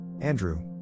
Andrew